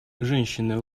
женщины